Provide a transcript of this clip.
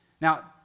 Now